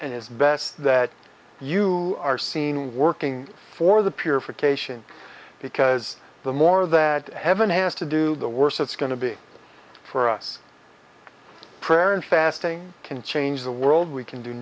and it's best that you are seen working for the purification because the more that heaven has to do the worse it's going to be for us prayer and fasting can change the world we can do